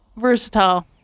versatile